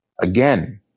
Again